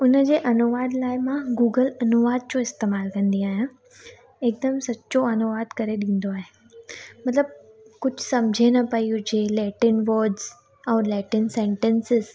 उनजे अनुवाद लाइ मां गूगल अनुवाद जो इस्तेमालु कंदी आहियां हिकदमि सचो अनुवाद करे ॾींदो आहे मतिलबु सम्झि न पई हुजे लैटिन वर्ड्स ऐं लैटिन सेंटेंसिस